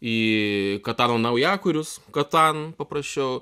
į katano naujakurius catan paprasčiau